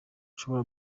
ushobora